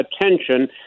attention